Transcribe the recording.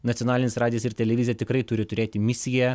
nacionalinis radijas ir televizija tikrai turi turėti misiją